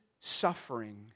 suffering